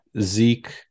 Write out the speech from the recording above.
Zeke